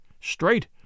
straight